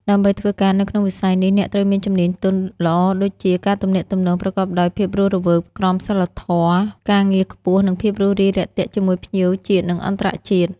ដើម្បីធ្វើការនៅក្នុងវិស័យនេះ អ្នកត្រូវមានជំនាញទន់ល្អដូចជា ការទំនាក់ទំនងប្រកបដោយភាពរស់រវើក ក្រមសីលធម៌ការងារខ្ពស់ និងភាពរួសរាយរាក់ទាក់ជាមួយភ្ញៀវជាតិនិងអន្តរជាតិ។